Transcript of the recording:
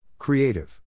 Creative